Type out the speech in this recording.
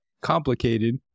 complicated